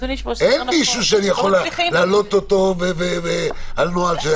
אין מישהו שאני יכול להעלות אותו על נוהל.